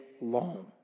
long